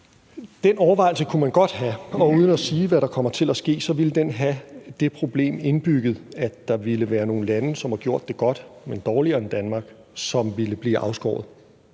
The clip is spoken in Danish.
Den overvejelse kunne man godt have, og uden at sige, hvad der kommer til at ske, ville den have det problem indbygget, at der ville være nogle lande, som har gjort det godt, men dårligere end Danmark, som ville blive afskåret